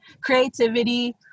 Creativity